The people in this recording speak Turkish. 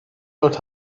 dört